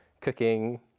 cooking